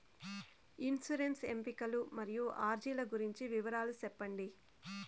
insurance ఎంపికలు మరియు అర్జీల గురించి వివరాలు సెప్పండి